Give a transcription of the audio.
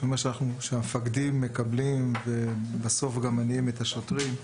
החלטה שהמפקדים מקבלים ומניעים את השוטרים,